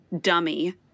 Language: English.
dummy